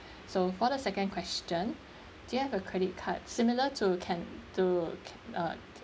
so for the second question do you have a credit card similar to ken~ to uh ke~